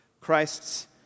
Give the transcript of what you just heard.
Christ's